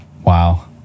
Wow